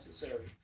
necessary